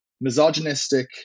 misogynistic